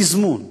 בתזמון,